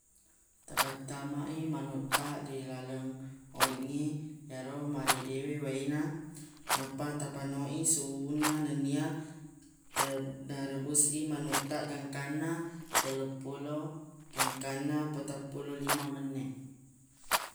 Tafattama i manuq taq ri laleng oringnge yaro maredewe wai na nappa ta pano i suhu na nennia te- terebus i manuq taq gangkanna telluppulo gangkanna pattappulo lima menneq